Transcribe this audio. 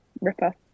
ripper